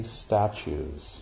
statues